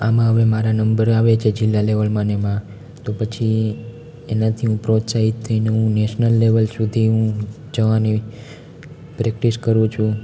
આમાં હવે મારા નંબર આવે છે જીલ્લા લેવલમાંને એમાં તો પછી એનાથી હું પ્રોત્સાહિત થઈને હું નેશનલ લેવલ સુધી હું જવાની પ્રેક્ટિસ કરું છું